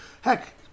Heck